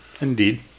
Indeed